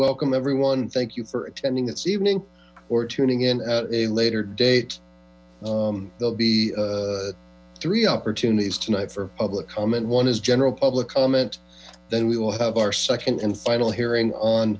welcome everyone thank you for attending this evening or tuning in at a later date there'll be three opportunities tonight for public comment one is general public comment then we will have our second and final hearing on